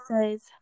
says